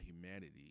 humanity